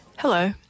Hello